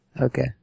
Okay